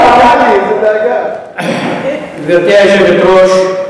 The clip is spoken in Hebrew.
גברתי היושבת-ראש,